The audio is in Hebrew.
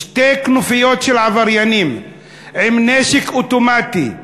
שתי כנופיות של עבריינים עם נשק אוטומטי,